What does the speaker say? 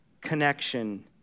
connection